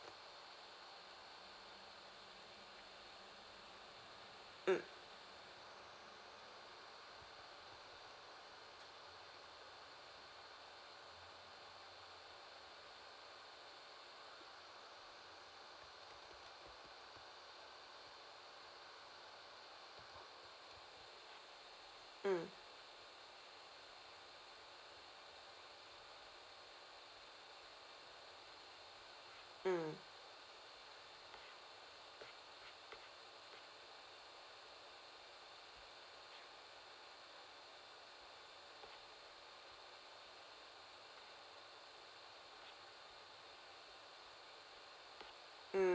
mm mm mm mm